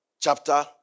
chapter